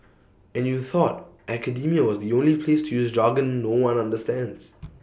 and you thought academia was the only place to use jargon no one understands